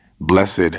Blessed